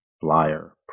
Flyer